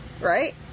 Right